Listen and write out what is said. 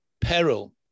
peril